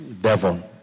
Devon